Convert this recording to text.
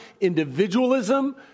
individualism